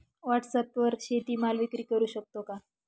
व्हॉटसॲपवर शेती माल विक्री करु शकतो का?